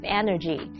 energy